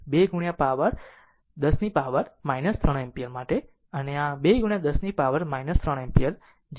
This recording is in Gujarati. અને આ 2 10 થી પાવર 3 એમ્પીયર 18 વોલ્ટ છે